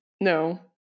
No